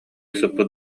сыппыт